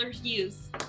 use